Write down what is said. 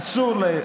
מאה אחוז.